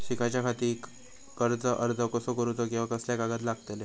शिकाच्याखाती कर्ज अर्ज कसो करुचो कीवा कसले कागद लागतले?